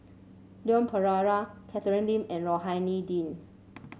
Leon Perera Catherine Lim and Rohani Din